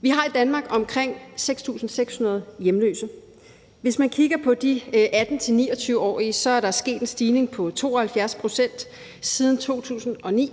Vi har i Danmark omkring 6.600 hjemløse. Hvis man kigger på de 18-29-årige, er der sket en stigning på 72 pct. siden 2009,